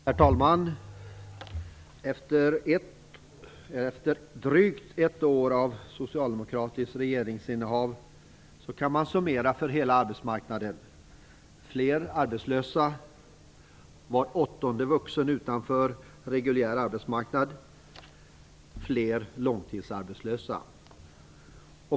Herr talman! Efter drygt ett år av socialdemokratiskt regeringsinnehav kan man för hela arbetsmarknaden summera: fler arbetslösa, var åttonde vuxen utanför reguljär arbetsmarknad, fler långtidsarbetslösa.